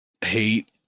hate